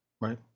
right